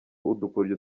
udukoryo